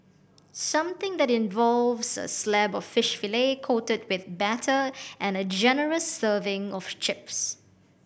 something that involves a slab of fish fillet coated with batter and a generous serving of chips